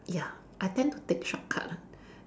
ya I tend to take shortcut lah